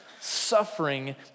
suffering